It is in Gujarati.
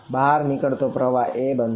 તેથી બહાર નીકળતો પ્રવાહ a બનશે